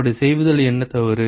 அப்படிச் செய்வதில் என்ன தவறு